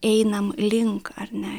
einam link ar ne